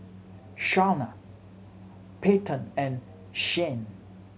Shawnna Payton and Shianne